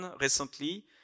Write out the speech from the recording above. recently